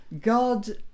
God